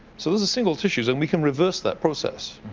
so these are single tissues and we can reverse that process.